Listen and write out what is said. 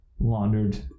Laundered